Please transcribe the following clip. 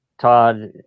Todd